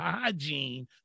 hygiene